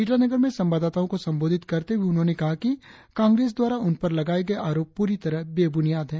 ईटानगर में संवाददाताओं को संबोधित करते हुए उन्होंने कहा कि कांग्रेस द्वारा उनपर लगाये गए आरोप पूरी तरह बेबुनियाद है